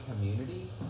community